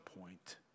point